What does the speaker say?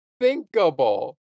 unthinkable